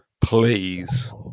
Please